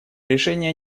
решение